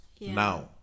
now